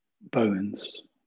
bones